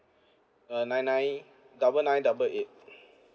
uh nine nine double nine double eight